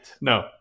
No